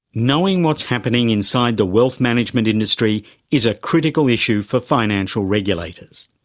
knowing what's happening inside the wealth management industry is a critical issue for financial regulators.